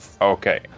Okay